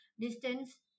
distance